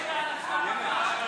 איסור הונאה בכשרות (תיקון, כשרות בלבד